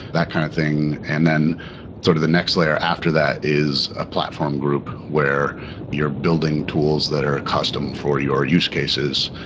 that kind of thing. and then sort of the next layer after that is a platform group where you're building tools that are custom for your use cases.